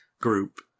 group